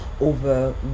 over